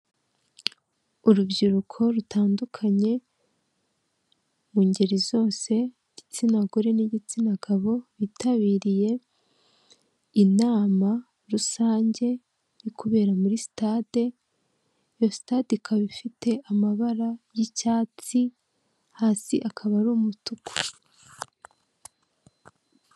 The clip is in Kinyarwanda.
Urubyiruko rutandukanye mu ngeri zose, igitsina gore n'igitsina gabo bitabiriye inama rusange iri kubera muri sitade. Iyo stade ikaba ifite amabara y'icyatsi, hasi akaba ari umutuku.